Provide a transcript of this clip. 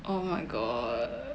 oh my god